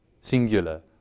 singular